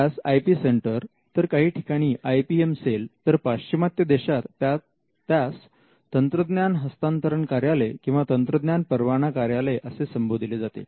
त्यास I P centre तर काही ठिकाणी आय पी एम सेल तर पाश्चिमात्य देशात त्यास तंत्रज्ञान हस्तांतरण कार्यालय किंवा तंत्रज्ञान परवाना कार्यालय असे संबोधिले जाते